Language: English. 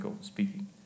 speaking